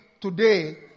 today